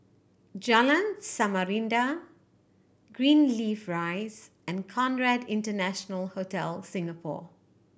Jalan Samarinda Greenleaf Rise and Conrad International Hotel Singapore